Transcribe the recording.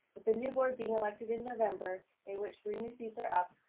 with the new board being elected in november, in which three new seats are up,